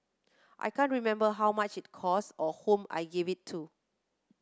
I can't remember how much it cost or whom I gave it to